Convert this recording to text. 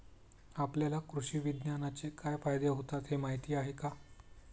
आपल्याला कृषी विज्ञानाचे काय फायदे होतात हे माहीत आहे का?